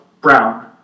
Brown